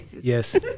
Yes